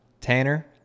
Tanner